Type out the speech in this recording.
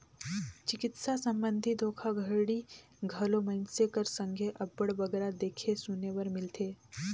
चिकित्सा संबंधी धोखाघड़ी घलो मइनसे कर संघे अब्बड़ बगरा देखे सुने बर मिलथे